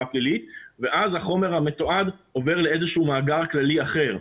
פלילית ואז החומר המתועד עובר לאיזה שהוא מאגר כללי אחר.